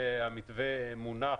המתווה מונח,